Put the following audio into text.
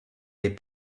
les